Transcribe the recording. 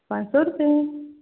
पांच सौ रुपए